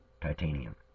titanium